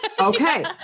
Okay